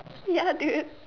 ya dude